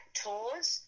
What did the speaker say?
tours